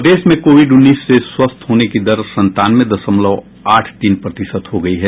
प्रदेश में कोविड उन्नीस से स्वस्थ होने की दर संतानवे दशमलव आठ तीन प्रतिशत हो गई है